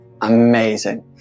Amazing